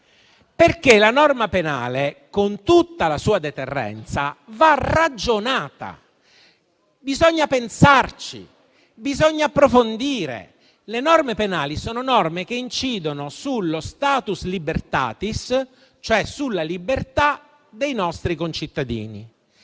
perché la norma penale, con tutta la sua deterrenza, va ragionata. Bisogna pensarci, bisogna approfondire; le norme penali incidono sullo *status libertatis*, cioè sulla libertà dei nostri concittadini.